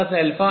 Cnn